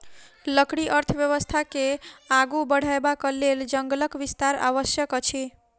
लकड़ी अर्थव्यवस्था के आगू बढ़यबाक लेल जंगलक विस्तार आवश्यक अछि